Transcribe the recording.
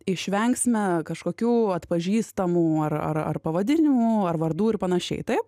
išvengsime kažkokių atpažįstamų ar ar ar pavadinimų ar vardų ir panašiai taip